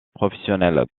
professionnelle